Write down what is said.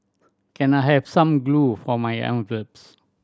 can I have some glue for my envelopes